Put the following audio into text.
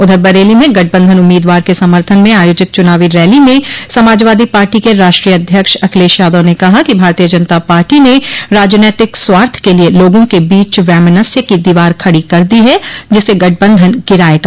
उधर बरेली में गठबंधन उम्मीदवार के समर्थन में आयोजित चुनावी रैली में समाजवादी पार्टी के राष्ट्रीय अध्यक्ष अखिलेश यादव ने कहा कि भारतीय जनता पार्टी ने राजनैतिक स्वार्थ के लिये लोगों के बीच वैमनस्य की दीवार खड़ी कर दी है जिसे गठबंधन गिरायेगा